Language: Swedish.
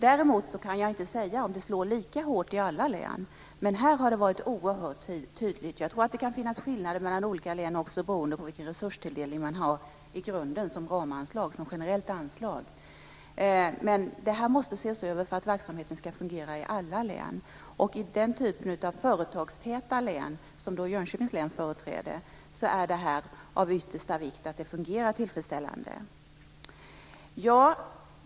Däremot kan jag inte säga om det slår lika hårt i alla län. Men i Jönköping har det varit oerhört tydligt. Jag tror att det kan finnas skillnader mellan olika län också beroende på vilken resurstilldelning man har i grunden som ramanslag, som generellt anslag. Men detta måste ses över för att verksamheten ska fungera i alla län. Och i den typen av företagstäta län som Jönköpings län företräder är det av yttersta vikt att detta fungerar tillfredsställande.